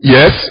Yes